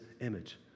image